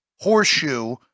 Horseshoe